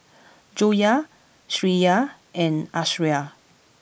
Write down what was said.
Joyah Syirah and Aisyah